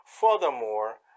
furthermore